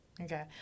Okay